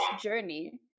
journey